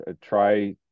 Try